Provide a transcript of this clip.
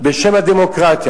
בשם הדמוקרטיה.